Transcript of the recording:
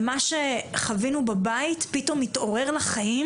ומה שחווינו בבית פתאום מתעורר לחיים,